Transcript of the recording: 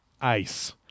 ice